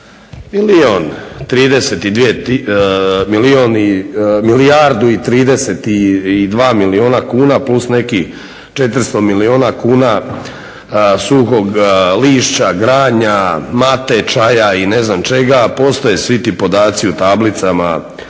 milijardu i 32 milijuna kuna plus nekih 400 milijuna kuna suhog lišća, granja, mate čaja i ne znam čega. Postoje svi ti podaci u tablicama